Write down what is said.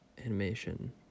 animation